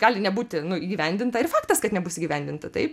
gali nebūti nu įgyvendinta ir faktas kad nebus įgyvendinta taip